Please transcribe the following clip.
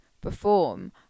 perform